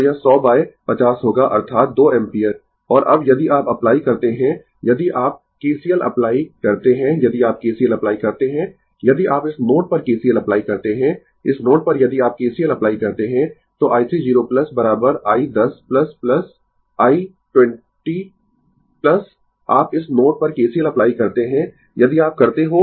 तो यह 100 बाय 50 होगा अर्थात 2 एम्पीयर और अब यदि आप अप्लाई करते है यदि आप KCL अप्लाई करते है यदि आप KCL अप्लाई करते है यदि आप इस नोड पर KCL अप्लाई करते है इस नोड पर यदि आप KCL अप्लाई करते है तो i3 0 i10 i20 आप इस नोड पर KCL अप्लाई करते है यदि आप करते हो